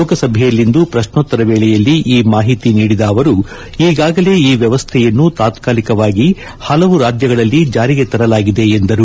ಲೋಕಸಭೆಯಲ್ಲಿಂದು ಪ್ರಶ್ನೋತ್ತರ ವೇಳೆಯಲ್ಲಿ ಈ ಮಾಹಿತಿ ನೀಡಿದ ಅವರು ಈಗಾಗಲೇ ಈ ವ್ಯವಸ್ಥೆಯನ್ನು ತಾತ್ನ ಲಿಕವಾಗಿ ಹಲವು ರಾಜ್ಯಗಳಲ್ಲಿ ಜಾರಿಗೆ ತರಲಾಗಿದೆ ಎಂದರು